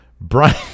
Brian